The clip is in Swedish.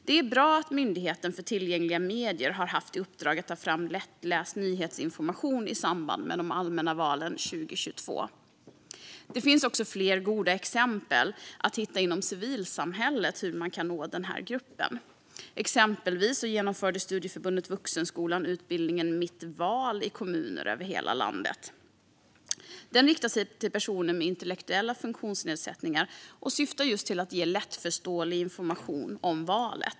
Det var därför bra att Myndigheten för tillgängliga medier fick i uppdrag att ta fram lättläst nyhetsinformation i samband med de allmänna valen 2022. Fler goda exempel på hur man kan nå denna grupp finns att hitta inom civilsamhället. Exempelvis genomför Studieförbundet vuxenskolan utbildningen Mitt val i kommuner över hela landet. Den riktar sig till personer med intellektuella funktionsnedsättningar och syftar till att ge lättförståelig information om valet.